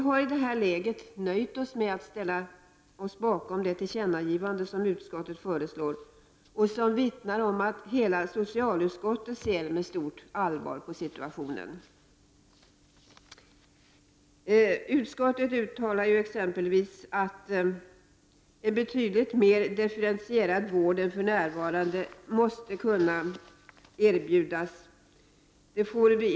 I det här läget har vi nöjt oss med att ställa oss bakom det tillkännagivande som utskottets majoritet föreslog och som vittnar om att hela socialutskottet ser med stort allvar på situationen. Utskottet uttalar exempelvis att en betydligt mer differentierad vård än för närvarande måste kunna erbjudas.